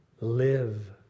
live